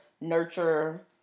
nurture